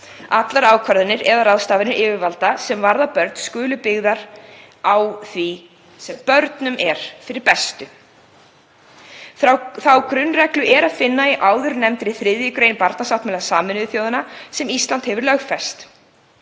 Allar ákvarðanir eða ráðstafanir yfirvalda sem varða börn skulu byggðar á því sem er börnum fyrir bestu. Þá grunnreglu er að finna í áðurnefndri 3. gr. barnasáttmála Sameinuðu þjóðanna, sem Ísland hefur lögfest.